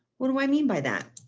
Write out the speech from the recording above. what do i mean by that.